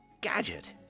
Gadget